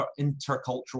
intercultural